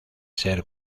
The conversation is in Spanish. ser